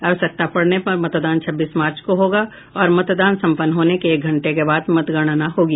आवश्यकता पड़ने पर मतदान छब्बीस मार्च को होगा और मतदान संपन्न होने के एक घंटे बाद मतगणना होगी